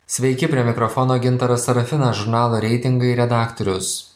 sveiki prie mikrofono gintaras sarafinas žurnalo reitingai redaktorius